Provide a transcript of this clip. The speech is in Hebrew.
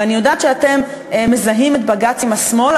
ואני יודעת שאתם מזהים את בג"ץ עם השמאל,